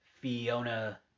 Fiona